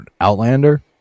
Outlander